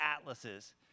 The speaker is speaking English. atlases